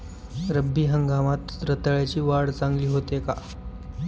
रब्बी हंगामात रताळ्याची वाढ चांगली होते का?